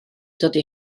dydy